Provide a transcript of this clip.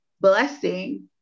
blessing